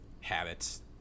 habits